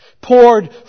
poured